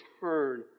turn